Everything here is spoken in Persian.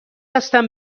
هستم